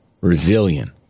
resilient